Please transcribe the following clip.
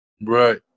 Right